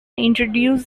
introduced